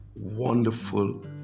Wonderful